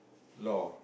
loh